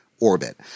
orbit